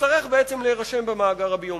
יצטרך בעצם להירשם במאגר הביומטרי.